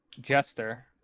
Jester